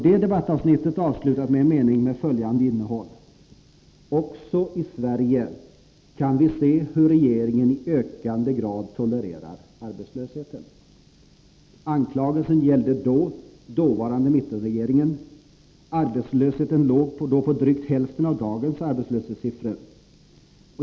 Det debattavsnittet avslutades med en mening med följande innehåll: ”Också i Sverige kan vi se hur regeringen i ökande grad tolererar arbetslösheten.” Anklagelsen gällde den dåvarande mittenregeringen. Arbetslösheten låg då på drygt hälften av dagens arbetslöshetssiffror.